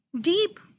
Deep